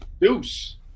Deuce